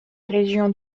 région